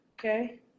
Okay